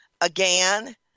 Again